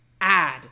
add